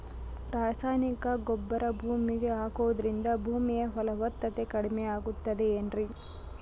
ರಾಸಾಯನಿಕ ಗೊಬ್ಬರ ಭೂಮಿಗೆ ಹಾಕುವುದರಿಂದ ಭೂಮಿಯ ಫಲವತ್ತತೆ ಕಡಿಮೆಯಾಗುತ್ತದೆ ಏನ್ರಿ?